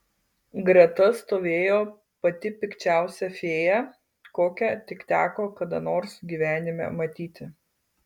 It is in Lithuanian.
greta stovėjo pati pikčiausia fėja kokią tik teko kada nors gyvenime matyti